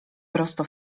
prosto